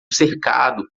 cercado